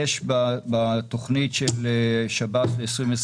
יש בתוכנית של שב"ס 2022